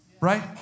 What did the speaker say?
right